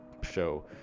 show